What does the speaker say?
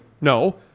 No